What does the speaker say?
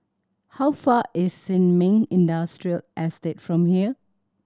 how far is Sin Ming Industrial Estate from here